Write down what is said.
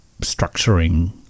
structuring